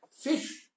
fish